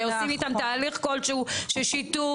שהם עושים איתם תהליך כלשהו של שיתוף,